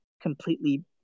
completely